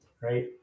right